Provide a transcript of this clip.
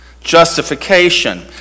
justification